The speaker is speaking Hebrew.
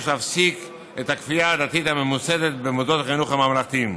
יש להפסיק את הכפייה הדתית הממוסדת במוסדות החינוך הממלכתיים.